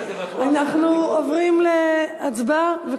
אנחנו עוברים להצבעה.